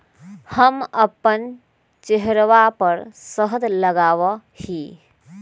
हम अपन चेहरवा पर शहद लगावा ही